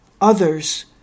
others